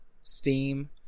Steam